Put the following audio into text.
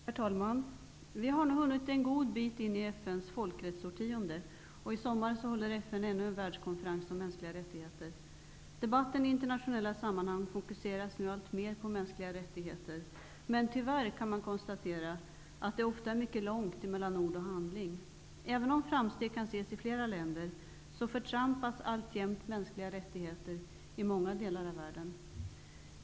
Herr talman! Vi har nu hunnit en god bit in i FN:s folkrättsårtionde, och i sommar håller FN ännu en världskonferens om mänskliga rättigheter. Debatten i internationella sammanhang fokuseras nu alltmer på mänskliga rättigheter, men tyvärr kan man konstatera att det ofta är mycket långt mellan ord och handling. Även om framsteg kan ses i flera länder, förtrampas alltjämt mänskliga rättigheter i många delar av världen.